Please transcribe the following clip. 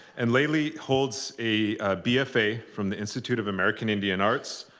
and layli holds a bfa, from the institute of american indian arts,